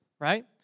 right